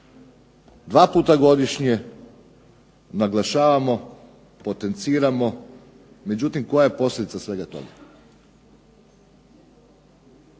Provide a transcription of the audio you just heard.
dva puta godišnje naglašavamo, potenciramo. Međutim koja je posljedica svega toga?